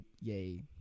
yay